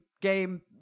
game